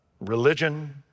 religion